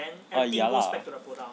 ya lah